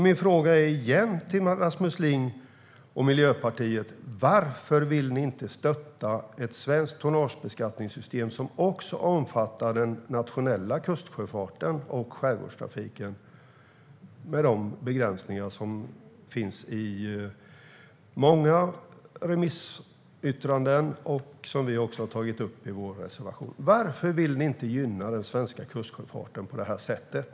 Min fråga till Rasmus Ling och Miljöpartiet är återigen: Varför vill ni inte stötta ett svenskt tonnagebeskattningssystem som också omfattar den nationella kustsjöfarten och skärgårdstrafiken med de begränsningar som finns i många remissyttranden och som vi också har tagit upp i vår reservation? Varför vill ni inte gynna den svenska kustsjöfarten på det här sättet?